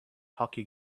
hockey